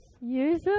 Use